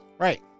Right